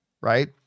right